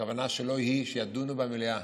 הכוונה שלו היא שידונו במליאה.